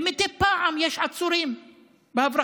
ומדי פעם יש עצורים בהברחות,